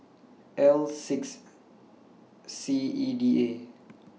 L six C E D A